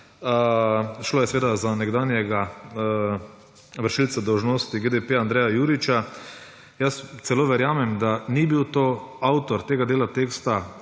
Šlo je seveda za nekdanjega vršilca dolžnosti GDP Andreja Juriča. Jaz celo verjamem, da ni bil avtor tega dela teksta